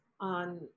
on